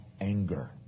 anger